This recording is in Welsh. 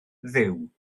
dduw